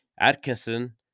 Atkinson